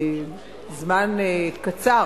זמן קצר